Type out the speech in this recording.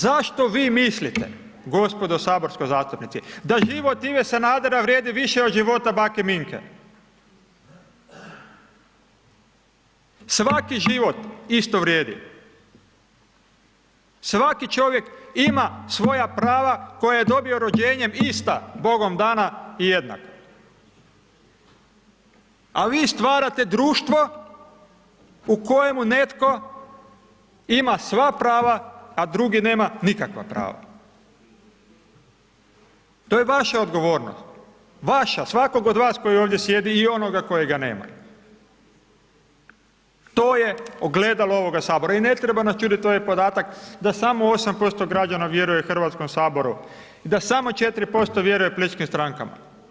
Zašto vi mislite gospodo saborski zastupnici da život Ive Sanadera vrijedi više od života bake Minke, svaki život isto vrijedi, svaki čovjek ima svoja prava koja je dobio rođenjem ista Bogom dana i jednaka, a vi stvarate društvo u kojemu netko ima sva prava, a drugi nema nikakva prava, to je vaša odgovornost, vaša, svakog od vas koji ovdje sjedi i onoga kojega nema, to je ogledalo ovoga HS i ne treba nas čuditi ovaj podatak da samo 8% građana vjeruje HS i da samo 4% vjeruje političkim strankama.